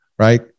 Right